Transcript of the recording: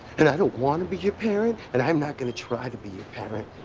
and i don't want to be your parent, and i am not going to try to be your parent.